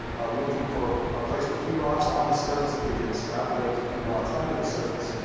of looking for a place with few rocks on the surface that we could extrapolate to few rocks under the surface,